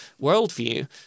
worldview